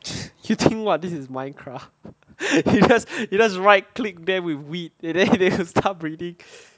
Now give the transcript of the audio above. you think what this is minecraft you just you just right click then it will breed and then and then it will just